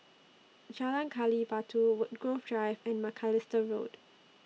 Jalan Gali Batu Woodgrove Drive and Macalister Road